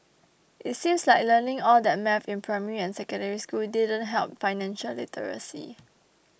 it seems like learning all that maths in primary and Secondary School didn't help financial literacy